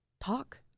talk